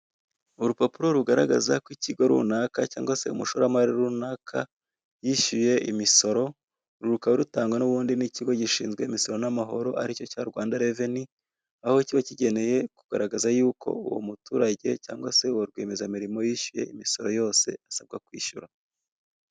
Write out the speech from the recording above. Urupapuro rugaragaza ko ikigo runaka cyangwa se umushoramari runaka yishyuye imisoro, rukaba rutangwa n'ubundi n'ikigo gishinzwe imisoro n'amahoro aricyo cya Rwanda reveni, aho kiba kigeneye kugaragaza y'uko uwo muturage cyangwa se uwo rwemeza mirimo yishyuye imisoro yose isabwa kwishyura.